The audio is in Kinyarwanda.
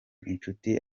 inshuti